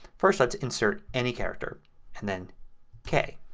first let's insert any character and then k.